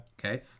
okay